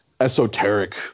esoteric